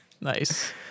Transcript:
Nice